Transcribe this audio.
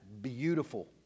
beautiful